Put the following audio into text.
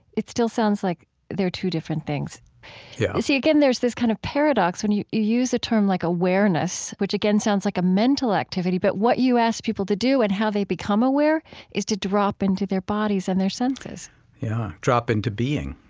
it still sounds like they're two different things yeah see, again, there's this kind of paradox when you use a term like awareness, which again sounds like a mental activity, but what you ask people to do and how they become aware is to drop into their bodies and their senses yeah. drop into being.